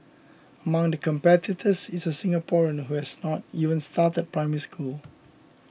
among the competitors is a Singaporean who has not even started Primary School